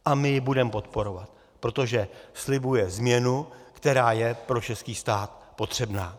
A my ji budeme podporovat, protože slibuje změnu, která je pro český stát potřebná.